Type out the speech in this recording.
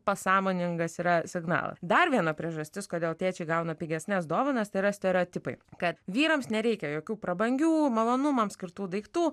pasąmoningas yra signalas dar viena priežastis kodėl tėčiai gauna pigesnes dovanas tai yra stereotipai kad vyrams nereikia jokių prabangių malonumams skirtų daiktų